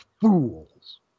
fools